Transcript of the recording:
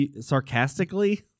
sarcastically